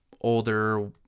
older